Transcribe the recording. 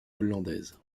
hollandaise